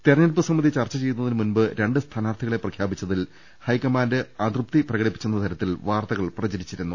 തിരഞ്ഞെടുപ്പ് സമിതി ചർച്ച ചെയ്യുന്നതിന് മുമ്പ് രണ്ട് സ്ഥാനാർഥികളെ പ്രഖ്യാപിച്ചതിൽ ഹൈക്കമാൻഡ് അതൃപ്തി പ്രകടിപ്പിച്ചെന്ന തരത്തിൽ വാർത്തകൾ പ്രചരിച്ചിരുന്നു